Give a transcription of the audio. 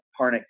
Parnick